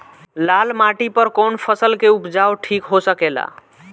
लाल माटी पर कौन फसल के उपजाव ठीक हो सकेला?